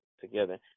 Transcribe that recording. together